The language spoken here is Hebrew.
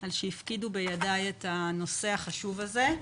על שהפקידו בידיי את הנושא החשוב הזה.